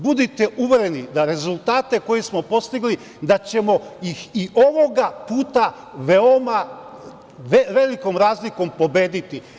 Budite uvereni da rezultate koje smo postigli da ćemo ih i ovoga puta veoma velikom razlikom pobediti.